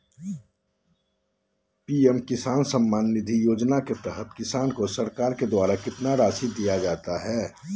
PM Kisan Samman Nidhi योजना के तहत किसान को सरकार के द्वारा कितना रासि दिया जाता है?